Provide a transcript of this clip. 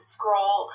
Scroll